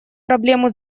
проблему